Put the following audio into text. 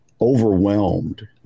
overwhelmed